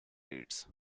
raids